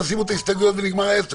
תשימו את ההסתייגויות ונגמר העסק,